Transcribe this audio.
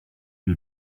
you